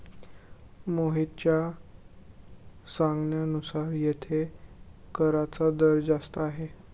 मोहितच्या सांगण्यानुसार येथे कराचा दर जास्त आहे